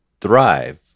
thrive